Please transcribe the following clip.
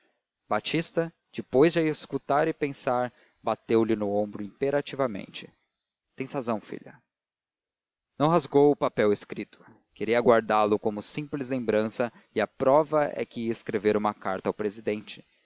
batista depois de a escutar e pensar bateu-lhe no ombro imperativamente tens razão filha não rasgou o papel escrito queria guardá-lo como simples lembrança e a prova é que ia escrever uma carta ao presidente